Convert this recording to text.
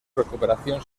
recuperación